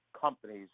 companies